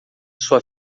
sua